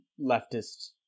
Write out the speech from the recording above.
leftist